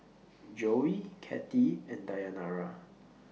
Joey Kathie and Dayanara